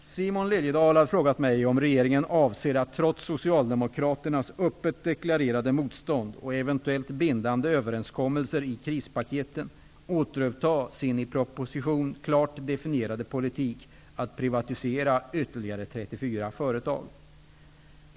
Herr talman! Simon Liliedahl har frågat mig om regeringen avser att, trots Socialdemokraternas öppet deklarerade motstånd och eventuellt bindande överenskommelser i krispaketen, återuppta sin i proposition klart definierade politik att privatisera ytterligare 34 företag.